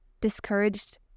discouraged